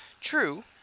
True